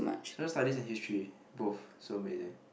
Social Studies and history both so amazing